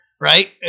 right